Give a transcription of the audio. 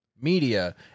media